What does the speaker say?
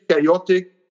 chaotic